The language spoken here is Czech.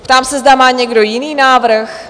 Ptám se, zda má někdo jiný návrh?